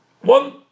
one